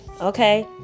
Okay